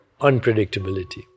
unpredictability